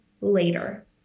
later